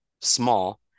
small